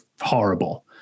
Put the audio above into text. horrible